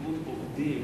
ארגון עובדים